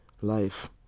life